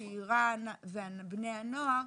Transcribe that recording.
צעירה ובני הנוער,